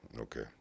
Okay